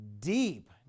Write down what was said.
deep